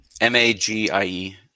M-A-G-I-E